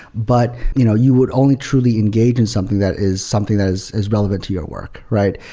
but you know you would only truly engage in something that is something that is is relevant to your work, right?